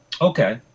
Okay